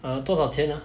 uh 多少钱 ah